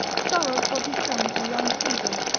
sorrowed for his son a long season,